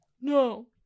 No